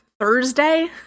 Thursday